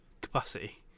capacity